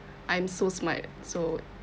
I'm so smart so